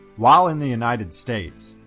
while in the united states,